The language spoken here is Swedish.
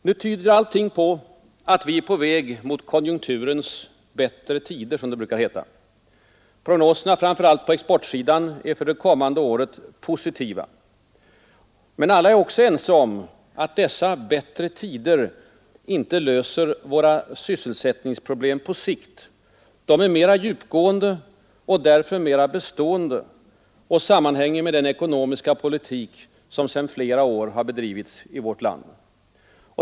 Nu tyder allting på att vi är på väg mot konjunkturens ”bättre tider”, som det brukar heta. Prognoserna, framför allt på exportsidan, är för det kommande året positiva. Men alla är också ense om att dessa ”bättre tider” inte löser våra sysselsättningsproblem på sikt. De är mera djupgående och därför mera bestående och sammanhänger med den ekonomiska politik, som sedan flera år bedrivits i vårt land.